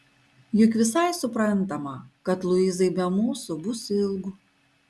juk visai suprantama kad luizai be mūsų bus ilgu